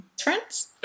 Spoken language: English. friends